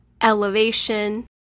elevation